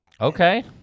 Okay